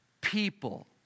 people